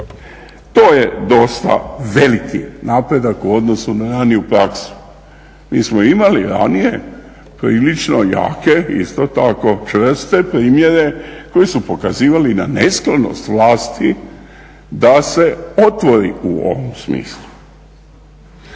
To je dosta veliki napredak u odnosu na raniju praksu. Mi smo imali ranije prilično jake isto tako čvrste primjere koji su pokazivali na nesklonost vlasti da se otvori u ovom smislu.